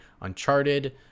Uncharted